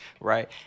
right